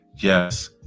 Yes